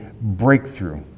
breakthrough